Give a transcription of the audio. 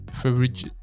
favorite